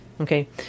Okay